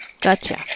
Gotcha